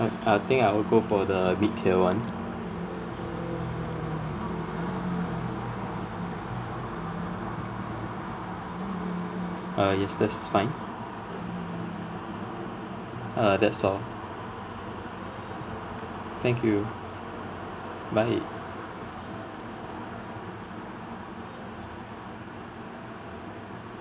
I think I will go for the mid tier [one] uh yes that's fine uh that's all thank you bye